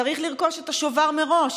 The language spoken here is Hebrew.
צריך לרכוש את השובר מראש,